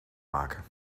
maken